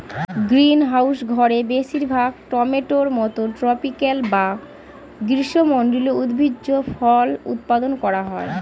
greenhouse ঘরে বেশিরভাগ টমেটোর মতো ট্রপিকাল বা গ্রীষ্মমন্ডলীয় উদ্ভিজ্জ ফল উৎপাদন করা হয়